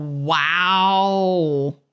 Wow